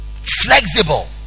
flexible